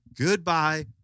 Goodbye